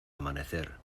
amanecer